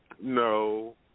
No